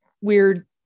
weird